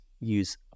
use